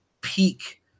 peak